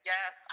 Yes